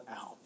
out